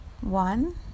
one